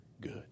good